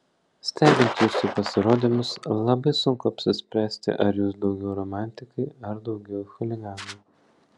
stebint jūsų pasirodymus labai sunku apsispręsti ar jūs daugiau romantikai ar daugiau chuliganai